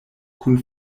kun